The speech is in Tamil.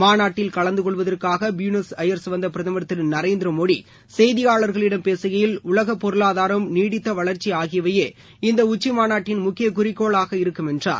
மாநாட்டில் கலந்து கொள்வதற்காக பியுனஸ் அயர்ஸ் வந்த பிரதமர் திரு நரேந்திரமோடி செய்தியாளர்களிடம் பேசுகையில் உலக பொருளாதாரம் நீடித்த வளர்ச்சி ஆகியவையே இந்த உச்சிமாநாட்டின் முக்கிய குறிக்கோளாக இருக்கும் என்றார்